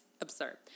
absurd